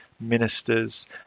ministers